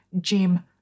Jim